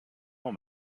last